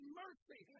mercy